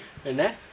and then